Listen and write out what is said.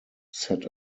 set